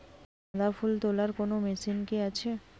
গাঁদাফুল তোলার কোন মেশিন কি আছে?